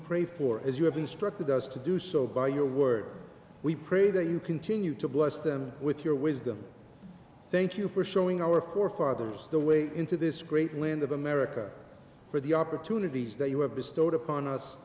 pray for as you have instructed us to do so by your words we pray that you continue to bless them with your wisdom thank you for showing our forefathers the way into this great land of america for the opportunities that you have bestowed upon us